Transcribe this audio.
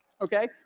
okay